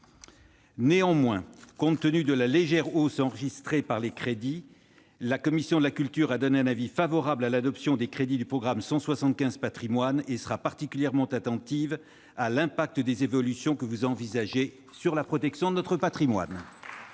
Néanmoins, compte tenu de la légère hausse enregistrée par ceux-ci, la commission de la culture a donné un avis favorable à l'adoption des crédits du programme 175, « Patrimoines », et sera particulièrement attentive aux conséquences des évolutions envisagées sur la protection de notre patrimoine.